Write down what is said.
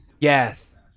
yes